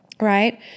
Right